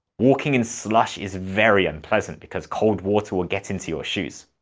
walking in slush is very unpleasant, because cold water will get into your shoes!